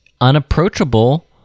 unapproachable